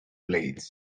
blades